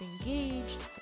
engaged